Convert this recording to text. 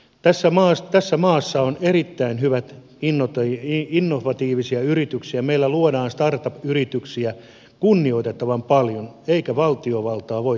tässä maassa on erittäin hyviä innovatiivisia yrityksiä meillä luodaan startup yrityksiä kunnioitettavan paljon eikä valtiovaltaa voi tästä moittia